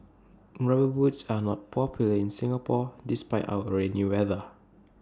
rubber boots are not popular in Singapore despite our rainy weather